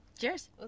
cheers